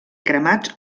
cremats